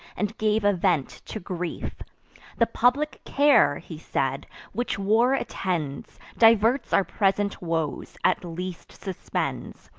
and gave a vent to grief the public care, he said, which war attends, diverts our present woes, at least suspends.